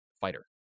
fighter